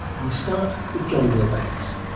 we start with john wilbanks.